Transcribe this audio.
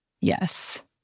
Yes